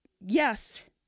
Yes